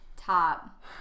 top